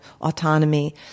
autonomy